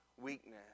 weakness